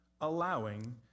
allowing